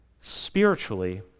Spiritually